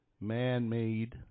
man-made